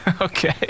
Okay